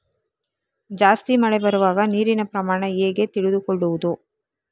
ಜಾಸ್ತಿ ಮಳೆ ಬರುವಾಗ ನೀರಿನ ಪ್ರಮಾಣ ಹೇಗೆ ತಿಳಿದುಕೊಳ್ಳುವುದು?